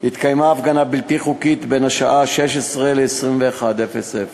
התקיימה הפגנה בלתי חוקית בשעות 16:00 21:00